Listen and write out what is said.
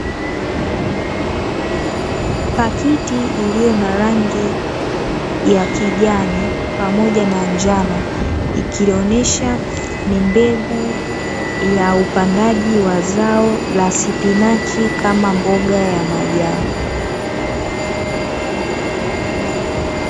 Pakiti iliyo na rangi ya kijani pamoja na njano, ikionesha ni mbegu ya upandaji wa zao la spinachi kama mboga ya majani.